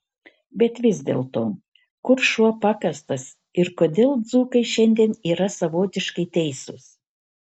bet vis dėlto kur šuo pakastas ir kodėl dzūkai šiandien yra savotiškai teisūs